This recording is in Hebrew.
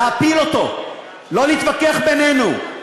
להפיל אותו, לא להתווכח בינינו.